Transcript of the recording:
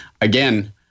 Again